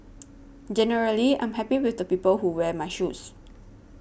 generally I'm happy with the people who wear my shoes